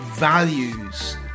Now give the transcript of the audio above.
values